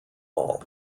ball